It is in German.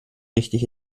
richtig